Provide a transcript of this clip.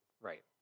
right